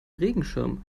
regenschirm